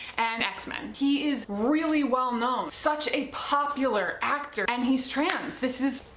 and x-men. he is really well-known, such a popular actor, and he's trans! this is,